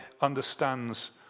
understands